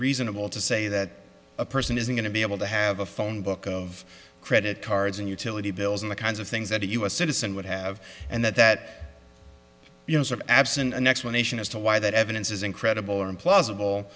reasonable to say that a person is going to be able to have a phone book of credit cards and utility bills and the kinds of things that a u s citizen would have and that that you know absent an explanation as to why that evidence is incredible or implausible